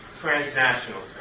transnational